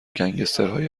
گنسگترهای